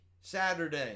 Saturday